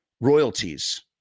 royalties